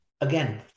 Again